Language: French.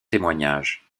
témoignage